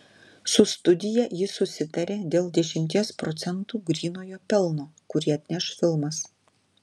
su studija jis susitarė dėl dešimties procentų grynojo pelno kurį atneš filmas